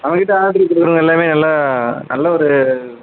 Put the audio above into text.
நம்மக்கிட்டே ஆட்ரு எடுக்கிறவங்க எல்லாமே நல்லா நல்ல ஒரு